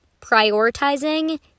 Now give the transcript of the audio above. Prioritizing